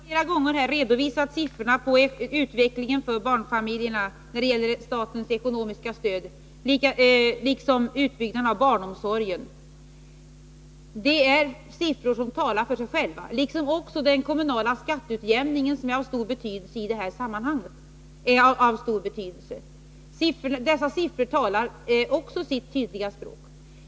Herr talman! Jag har flera gånger här redovisat siffrorna för utvecklingen av statens ekonomiska stöd till barnfamiljerna liksom för utvecklingen av barnomsorgen. Det är siffror som talar för sig själva. Också den kommunala skatteutjämningen är av stor betydelse i det här sammanhanget, och också siffrorna för denna talar sitt tydliga språk.